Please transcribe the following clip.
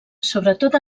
sobretot